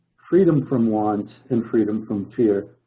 freedom from wants and freedom from fear,